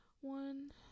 one